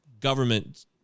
government